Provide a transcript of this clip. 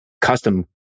custom